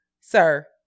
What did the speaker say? sir